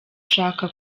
ushaka